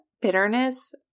bitterness